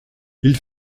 ils